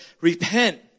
repent